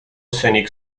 scenic